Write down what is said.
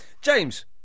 James